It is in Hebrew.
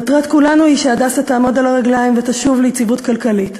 מטרת כולנו היא ש"הדסה" יעמוד על הרגליים וישוב ליציבות כלכלית,